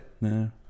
No